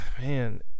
man